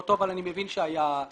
אותו אבל אני מבין שהיה דיון לגביו.